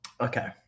Okay